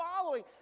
following